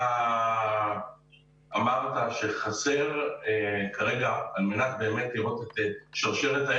אתה אמרת שחסר כרגע, על מנת לראות את השרשרת ,